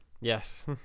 Yes